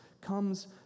comes